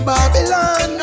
Babylon